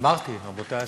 אמרתי, רבותי השרים.